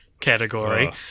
category